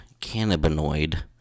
cannabinoid